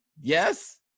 Yes